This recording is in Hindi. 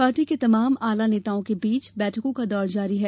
पार्टी के तमाम आला नेताओं के बीच बैठकों का दौर जारी है